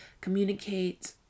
Communicate